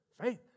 faith